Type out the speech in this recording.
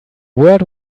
world